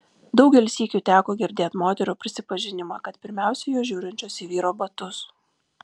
daugel sykių teko girdėt moterų prisipažinimą kad pirmiausia jos žiūrinčios į vyro batus